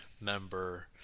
member